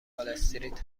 والاستریت